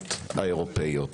מהתקנות האירופאיות,